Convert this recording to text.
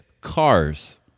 cars